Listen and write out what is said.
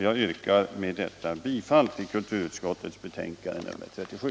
Jag yrkar med det anförda bifall till kulturutskottets hemställan i dess betänkande nr 37.